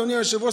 אדוני היושב-ראש,